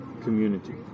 community